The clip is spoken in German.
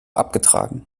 abgetragen